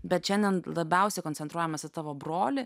bet šiandien labiausiai koncentruojamės į tavo brolį